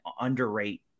underrate